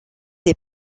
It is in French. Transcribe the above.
des